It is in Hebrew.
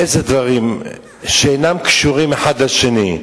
איזה דברים שאינם קשורים אחד לשני,